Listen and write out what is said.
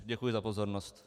Děkuji za pozornost.